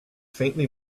faintly